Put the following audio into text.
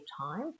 time